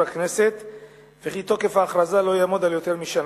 הכנסת וכי תוקף ההכרזה לא יעמוד על יותר משנה.